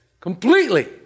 Completely